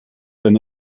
eine